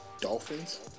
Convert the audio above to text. Dolphins